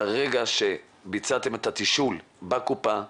ברגע שביצעתם את התשאול בקופה,